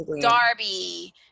Darby